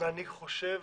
ואני חושב,